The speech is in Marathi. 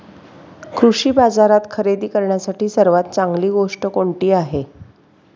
कृषी बाजारात खरेदी करण्यासाठी सर्वात चांगली गोष्ट कोणती आहे?